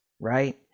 right